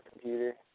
computer